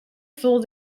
full